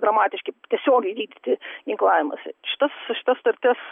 dramatiški tiesiogiai vykdyti ginklavimąsi šitas šita sutartis